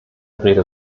rede